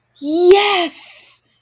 yes